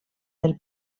del